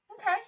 Okay